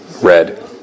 red